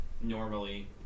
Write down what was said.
normally